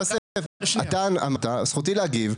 יוסף, אתה אמרת, זכותי להגיב.